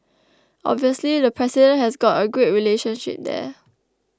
obviously the president has got a great relationship there